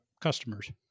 Customers